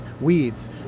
weeds